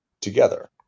together